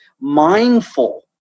mindful